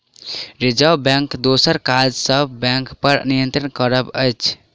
reserve बैंकक दोसर काज सब बैंकपर नियंत्रण करब अछि